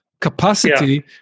capacity